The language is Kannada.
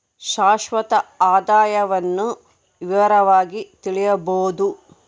ಶಾಶ್ವತ ಆದಾಯವನ್ನು ವಿವರವಾಗಿ ತಿಳಿಯಬೊದು